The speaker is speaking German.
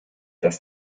dass